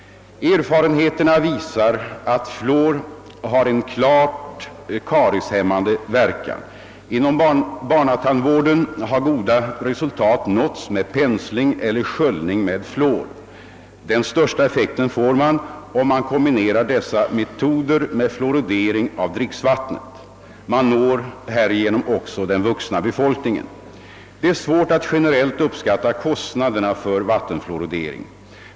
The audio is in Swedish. Erfarenheterna visar att fluor har en klart karieshämmande verkan. Inom barntandvården har goda resultat nåtts med pensling eller sköljning med fluor. Den största effekten får man om man kombinerar dessa metoder med fluoridering av dricksvattnet. Man når härigenom också den vuxna befolkningen. Det är svårt att generellt uppskatta kostnaderna för vattenfluoridering.